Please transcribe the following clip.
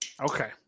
Okay